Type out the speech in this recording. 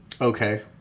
Okay